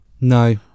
no